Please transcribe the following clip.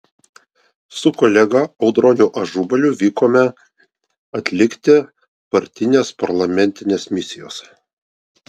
su kolega audroniu ažubaliu vykome atlikti partinės parlamentinės misijos